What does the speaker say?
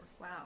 Wow